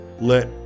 let